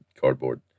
cardboard